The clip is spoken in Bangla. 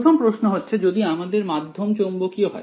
প্রথম প্রশ্ন হচ্ছে যদি আমাদের মাধ্যম চৌম্বকীয় হয়